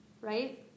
Right